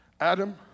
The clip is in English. Adam